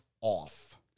off